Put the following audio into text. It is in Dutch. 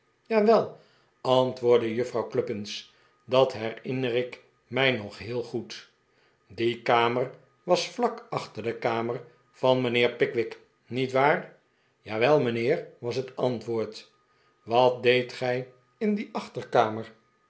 jawel antwoordde juffrouw cluppins dat her inner ik mij nog heel goed die kamer was vlak achter de kamer van mijnheer pickwick niet waar jawel mijnheer was het antwoord wat deedt gij in die achterkamer